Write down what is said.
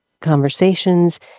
conversations